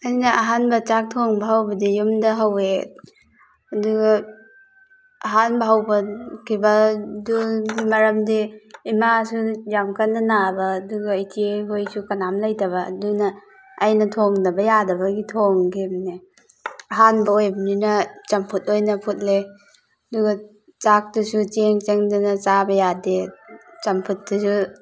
ꯑꯩꯅ ꯑꯍꯥꯟꯕ ꯆꯥꯛ ꯊꯣꯡꯕ ꯍꯧꯕꯗꯤ ꯌꯨꯝꯗ ꯍꯧꯋꯦ ꯑꯗꯨꯒ ꯑꯍꯥꯟꯕ ꯍꯧꯕ ꯈꯤꯕꯗꯨꯒꯤ ꯃꯔꯝꯗꯤ ꯏꯃꯥꯁꯨ ꯌꯥꯝ ꯀꯟꯅ ꯅꯥꯕ ꯑꯗꯨꯒ ꯏꯆꯦꯍꯣꯏꯁꯨ ꯀꯅꯥꯝꯇ ꯂꯩꯇꯕ ꯑꯗꯨꯅ ꯑꯩꯅ ꯊꯣꯡꯗꯕ ꯌꯥꯗꯕꯒꯤ ꯊꯣꯡꯈꯤꯕꯅꯦ ꯑꯍꯥꯟꯕ ꯑꯣꯏꯕꯅꯤꯅ ꯆꯝꯐꯨꯠ ꯑꯣꯏꯅ ꯐꯨꯠꯂꯦ ꯑꯗꯨꯒ ꯆꯥꯛꯇꯨꯁꯨ ꯆꯦꯡ ꯆꯪꯗꯅ ꯆꯥꯕ ꯌꯥꯗꯦ ꯆꯝꯐꯨꯠꯇꯨꯁꯨ